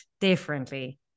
differently